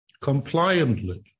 compliantly